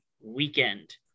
weekend